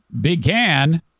began